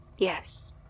Yes